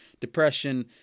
depression